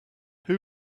who